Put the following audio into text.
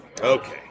Okay